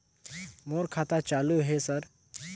मोर खाता चालु हे सर?